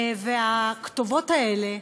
והכתובות האלה,